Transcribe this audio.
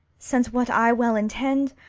since what i well intend,